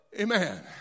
Amen